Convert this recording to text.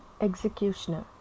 executioner